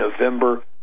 November